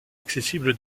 accessible